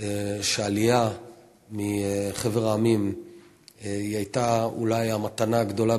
שהעלייה מחבר העמים הייתה אולי המתנה הגדולה